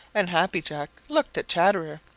and happy jack looked at chatterer,